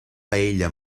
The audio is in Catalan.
paella